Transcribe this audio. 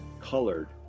colored